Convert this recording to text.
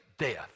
death